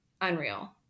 unreal